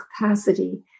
capacity